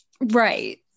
Right